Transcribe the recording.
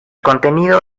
contenido